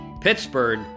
Pittsburgh